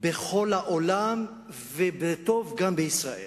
בכל העולם וגם בישראל,